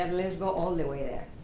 and let's go all the way there.